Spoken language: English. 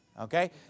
okay